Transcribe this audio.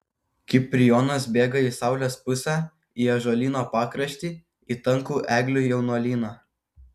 kiprijonas bėga į saulės pusę į ąžuolyno pakraštį į tankų eglių jaunuolyną